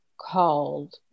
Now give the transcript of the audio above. called